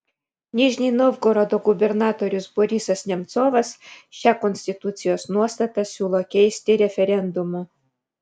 nižnij novgorodo gubernatorius borisas nemcovas šią konstitucijos nuostatą siūlo keisti referendumu